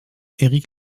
erik